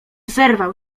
zerwał